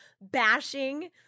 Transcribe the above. bashing